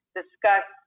discuss